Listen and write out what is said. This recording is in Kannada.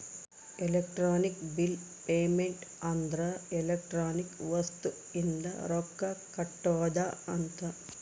ಎಲೆಕ್ಟ್ರಾನಿಕ್ ಬಿಲ್ ಪೇಮೆಂಟ್ ಅಂದ್ರ ಎಲೆಕ್ಟ್ರಾನಿಕ್ ವಸ್ತು ಇಂದ ರೊಕ್ಕ ಕಟ್ಟೋದ ಅಂತ